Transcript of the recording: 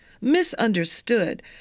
misunderstood